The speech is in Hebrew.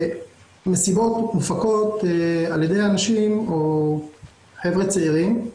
מסיבות מופקות על ידי אנשים או חבר'ה צעירים,